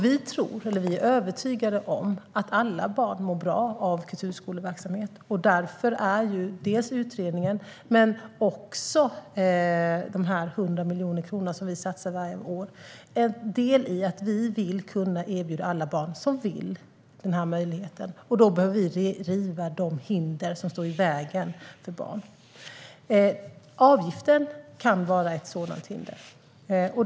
Vi är övertygade om att alla barn mår bra av kulturskoleverksamhet. Därför är utredningen och de 100 miljoner kronor som vi satsar varje år en del i att vi vill kunna erbjuda alla barn som vill den möjligheten. Då behöver vi riva de hinder som står i vägen för barn. Avgiften kan vara ett sådant hinder.